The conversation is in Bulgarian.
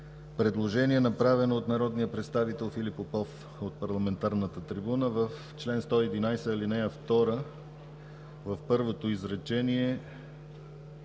Предложение, направено от народния представител Филип Попов от парламентарната трибуна – в чл. 111, ал. 2 в първото изречение,